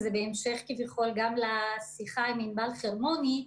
וזה כביכול בהמשך לשיחה עם ענבל חרמוני,